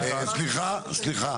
סליחה, סליחה.